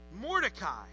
Mordecai